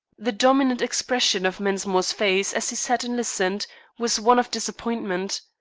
the dominant expression of mensmore's face as he sat and listened was one of disappointment.